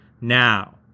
Now